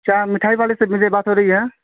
کیا مٹھائی والے سے مجھے بات ہو رہی ہے